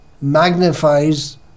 magnifies